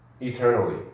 eternally